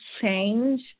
change